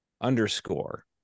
underscore